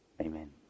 Amen